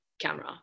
camera